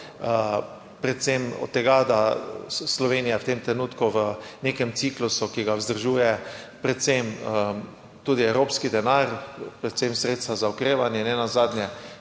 predvsem od tega, da Slovenija v tem trenutku v nekem ciklusu, ki ga vzdržuje predvsem tudi evropski denar, predvsem sredstva za okrevanje in nenazadnje